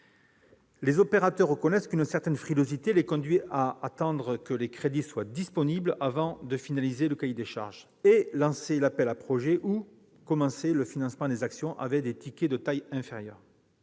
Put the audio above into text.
les opérateurs reconnaissent qu'une certaine frilosité les conduit à attendre que les crédits soient disponibles avant de finaliser le cahier des charges et de lancer l'appel à projets ou de commencer le financement des actions avec des « tickets » de taille inférieure.